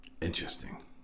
Interesting